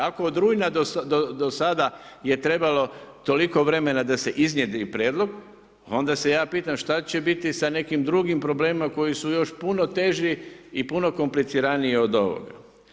Ako od rujna do sada je trebalo toliko vremena da se iznjedri prijedlog onda se ja pitam šta će biti sa nekim drugim problemima koji su još puno teži i puno kompliciraniji od ovoga.